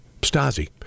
Stasi